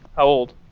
how old?